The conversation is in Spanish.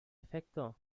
efecto